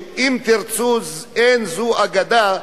ש"אם תרצו אין זו אגדה",